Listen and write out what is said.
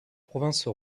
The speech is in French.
province